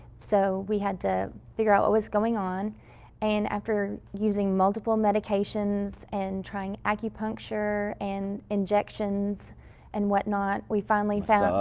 so we had to figure out what was going on and after using multiple medications and trying acupuncture and injections injections and whatnot, we finally found. ah